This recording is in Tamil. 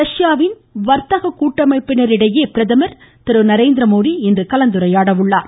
ரஷ்யாவின் வர்த்தக கூட்டமைப்பினரிடையே பிரதமர் திரு நரேந்கிரமோடி இன்று கலந்துரையாடுகிறார்